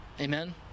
Amen